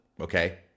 okay